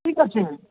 ঠিক আছে